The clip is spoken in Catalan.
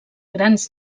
grans